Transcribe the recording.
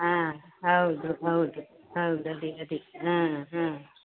ಹಾಂ ಹೌದು ಹೌದು ಹೌದು ಅದೇ ಅದೇ ಹಾಂ ಹಾಂ